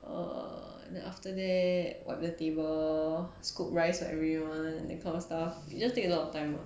err then after that wipe the table scoop rice for everyone that kind of stuff just take a lot of time lah